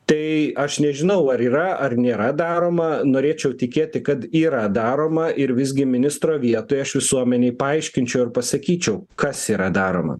tai aš nežinau ar yra ar nėra daroma norėčiau tikėti kad yra daroma ir visgi ministro vietoje aš visuomenei paaiškinčiau ir pasakyčiau kas yra daroma